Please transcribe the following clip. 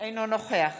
אינו נוכח